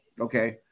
okay